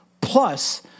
plus